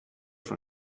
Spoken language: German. von